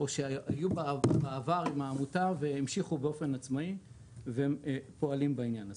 או שהיו בעבר עם העמותה והמשיכו באופן עצמאי והם פועלים בעניין הזה.